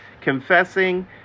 confessing